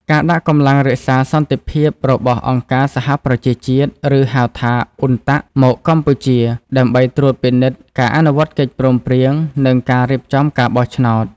ការដាក់កម្លាំងរក្សាសន្តិភាពរបស់អង្គការសហប្រជាជាតិ ឬ ហៅថា UNTAC មកកម្ពុជា ដើម្បីត្រួតពិនិត្យការអនុវត្តកិច្ចព្រមព្រៀង និងការរៀបចំការបោះឆ្នោត។